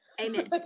Amen